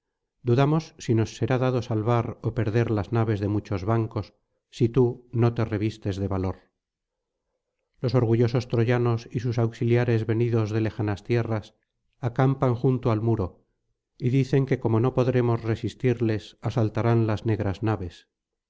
dudamos si nos será dado salvar ó perder las naves de muchos bancos si tú no te revistes de valor los orgullosos troyanos y sus auxiliares venidos de lejas tierras acampan junto al muro y dicen que como no podremos resistirles asaltarán las negras naves